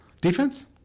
defense